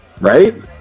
Right